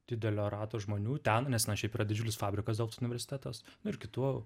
didelio rato žmonių ten nes na šiaip yra didžiulis fabrikas delft universitetas nu ir kitų